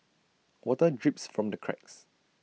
water drips from the cracks